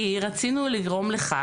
כי רצינו לגרום לכך,